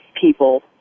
people